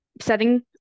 Setting